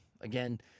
Again